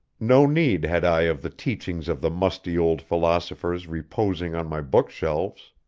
no need had i of the teachings of the musty old philosophers reposing on my bookshelves.